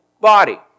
body